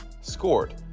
scored